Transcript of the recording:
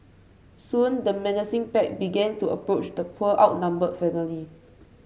soon the menacing pack began to approach the poor outnumbered family